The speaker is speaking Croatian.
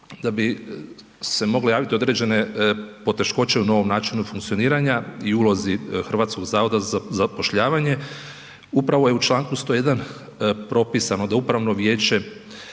da bi se mogle javiti određene poteškoće u novom načinu funkcioniranja i ulozi HZZ-a upravo je u čl. 101. propisano da upravno vijeće